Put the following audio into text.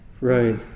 Right